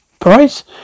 Price